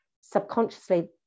subconsciously